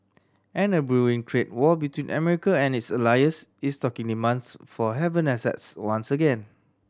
and a brewing trade war between America and its allies is stoking demands for haven assets once again